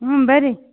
ಹಾಂ ಬರ್ರೀ